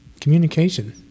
Communication